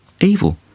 evil